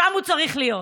שם הוא צריך להיות.